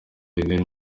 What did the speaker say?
lionel